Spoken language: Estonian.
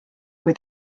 kui